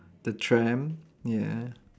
the tram yeah